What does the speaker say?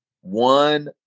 One